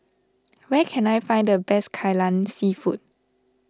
where can I find the best Kai Lan Seafood